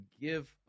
give